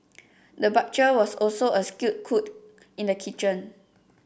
the butcher was also a skilled cook in the kitchen